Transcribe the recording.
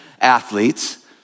Athletes